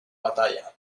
batalla